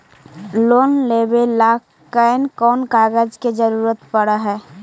Loan लेबे ल कैन कौन कागज के जरुरत पड़ है?